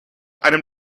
einem